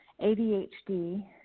ADHD